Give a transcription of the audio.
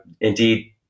Indeed